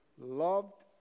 loved